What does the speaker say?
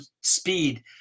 speed